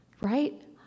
Right